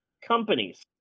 companies